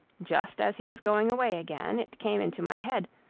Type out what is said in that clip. just as he was going away again, it came into my head,